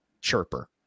chirper